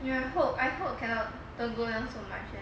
I hope I hope cannot don't go down so much eh